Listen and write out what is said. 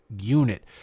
unit